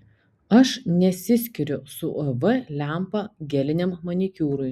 aš nesiskiriu su uv lempa geliniam manikiūrui